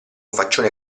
faccione